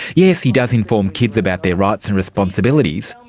yes, he does inform kids about their rights and responsibilities,